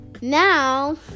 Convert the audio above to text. now